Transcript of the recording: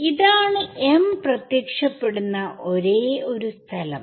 ഇതാണ് m പ്രത്യക്ഷപ്പെടുന്ന ഒരേ ഒരു സ്ഥലം